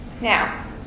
Now